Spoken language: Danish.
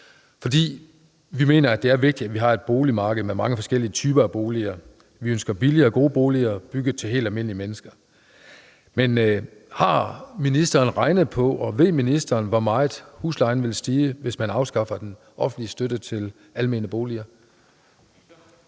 vi mener, det er vigtigt, at man har et boligmarked med mange forskellige typer af boliger. Vi ønsker billige og gode boliger bygget til helt almindelige mennesker. Men har ministeren regnet på og ved ministeren, hvor meget huslejen vil stige, hvis man afskaffer den offentlige støtte til almene boliger?